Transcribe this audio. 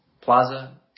Plaza